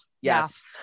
Yes